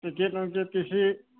ticket ꯅꯨꯡꯀꯦꯠꯀꯤꯁꯤ